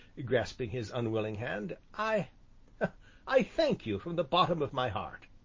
grasping his unwilling hand, i i thank you from the bottom of my heart.